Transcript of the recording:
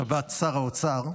שר האוצר,